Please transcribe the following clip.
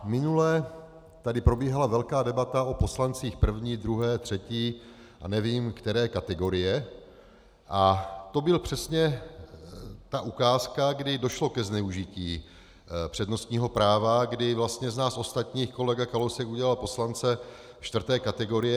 Minule tady probíhala velká debata o poslancích první, druhé, třetí a nevím které kategorie a to byla přesně ta ukázka, kdy došlo ke zneužití přednostního práva, kdy vlastně z nás ostatních kolega Kalousek udělal poslance čtvrté kategorie.